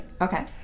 okay